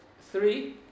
three